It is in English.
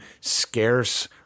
scarce